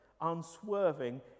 unswerving